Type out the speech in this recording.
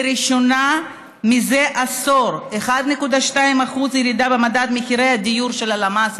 ולראשונה זה עשור 1.2% ירידה במדד מחירי הדיור של הלמ"ס,